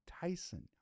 Tyson